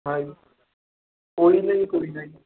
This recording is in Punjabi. ਹਾਂਜੀ ਕੋਈ ਨਾ ਜੀ ਕੋਈ ਨਾ ਜੀ